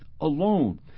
alone